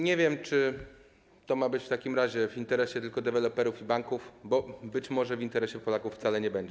Nie wiem, czy to ma być w takim razie w interesie tylko deweloperów i banków, bo być może w interesie Polaków wcale nie będzie.